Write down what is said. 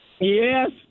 Yes